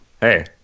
hey